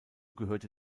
gehörte